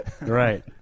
right